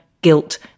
guilt